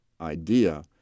idea